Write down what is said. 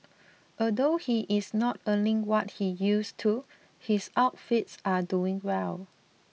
although he is not earning what he used to his outfits are doing well